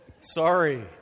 Sorry